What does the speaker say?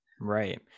Right